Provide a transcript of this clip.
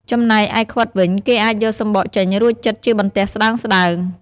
ចំំណែកឯខ្វិតវិញគេអាចយកសំបកចេញរួចចិតជាបន្ទះស្តើងៗ។